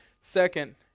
Second